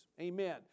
amen